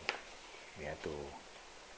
we have to